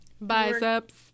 Biceps